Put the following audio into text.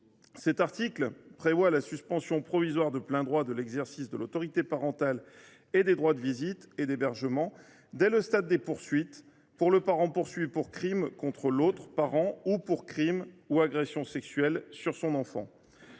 Cet article prévoit la suspension provisoire de plein droit de l’exercice de l’autorité parentale et des droits de visite et d’hébergement, dès le stade des poursuites, pour le parent poursuivi pour crime contre l’autre parent ou pour crime ou agression sexuelle commis sur son enfant.